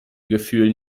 gefühl